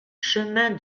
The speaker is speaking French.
chemin